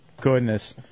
Goodness